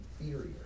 inferior